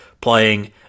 playing